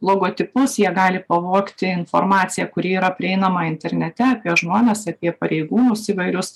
logotipus jie gali pavogti informaciją kuri yra prieinama internete žmones apie pareigūnus įvairius